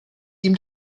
ihm